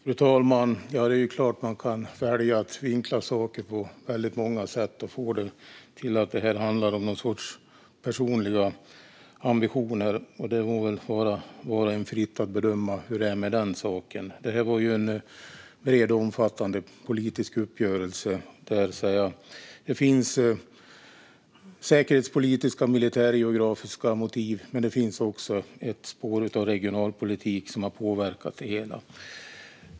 Fru talman! Det är klart att man kan välja att vinkla saker på väldigt många sätt och få det till att detta handlar om någon sorts personliga ambitioner. Det må stå var och en fritt att bedöma hur det är med den saken. Det här var en bred och omfattande politisk uppgörelse. Det finns säkerhetspolitiska och militärgeografiska motiv, men det finns också ett spår av regionalpolitik som har påverkat det hela.